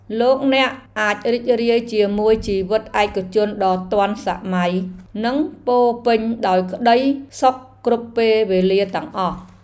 លោកអ្នកអាចរីករាយជាមួយជីវិតឯកជនដ៏ទាន់សម័យ និងពោរពេញដោយក្តីសុខគ្រប់ពេលវេលាទាំងអស់។